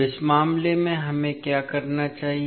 अब इस मामले में हमें क्या करना चाहिए